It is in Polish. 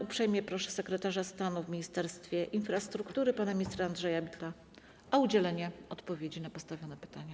Uprzejmie proszę sekretarza stanu w Ministerstwie Infrastruktury pana ministra Andrzeja Bittela o udzielenie odpowiedzi na postawione pytania.